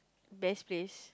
best place